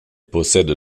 possède